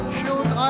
Shoot